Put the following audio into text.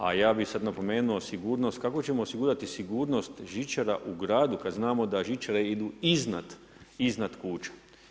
A ja bih sada napomenuo sigurnost, kako ćemo osigurati sigurnost žičara u gradu kada znamo da žičare idu iznad kuća.